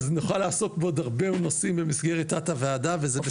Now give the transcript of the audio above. אז נוכל לעסוק בעוד הרבה נושאים במסגרת תת הוועדה וזה בסדר,